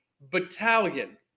battalion